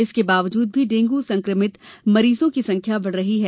इसके बावजूद भी डेंगू संक्रमित मरीजों की संख्या बढ़ रही है